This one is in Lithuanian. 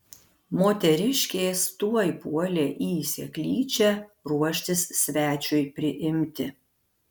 moteriškės tuoj puolė į seklyčią ruoštis svečiui priimti